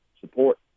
Support